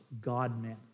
God-Man